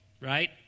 right